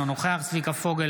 אינו נוכח צביקה פוגל,